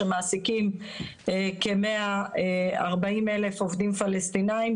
שמעסיקים כ-140,000 עובדים פלסטינים,